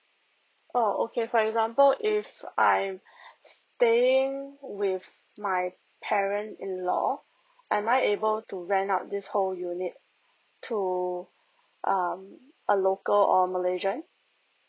oh okay for example if I'm staying with my parent in law am I able to rent out this whole unit to um a local or malaysian